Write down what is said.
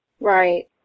Right